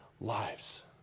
lives